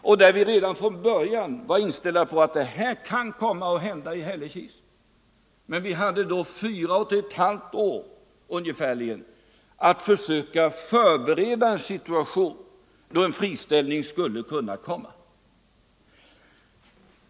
Vi var redan från början inställda på att det här kan komma att hända i Hällekis, men vi hade då ungefärligen fyra och ett halvt år för att försöka klara en situation där en friställning skulle kunna komma.